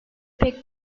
pek